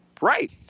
Right